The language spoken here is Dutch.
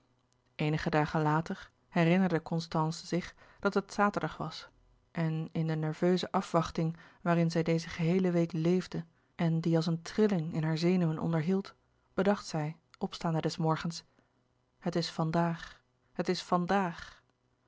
eenige dagen later herinnerde constance zich dat het zaterdag was en in de nerveuze afwachting waarin zij deze geheele week leefde en die als een trilling in hare zenuwen onderhield bedacht zij opstaande des morgens het is van daag het is